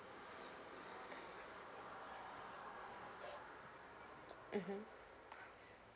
mmhmm